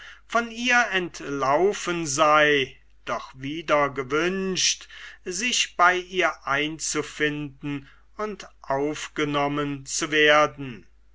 von ihr entlaufen sei doch wieder gewünscht sich bei ihr einzufinden und aufgenommen zu werden